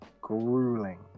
grueling